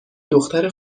دختر